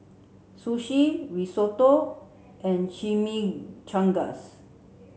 Sushi Risotto and Chimichangas